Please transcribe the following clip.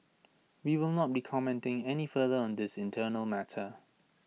we will not be commenting any further on this internal matter